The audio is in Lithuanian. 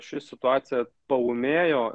ši situacija paūmėjo